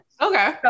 Okay